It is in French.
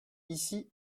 ici